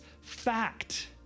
fact